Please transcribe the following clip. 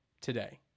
today